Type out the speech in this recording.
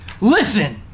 Listen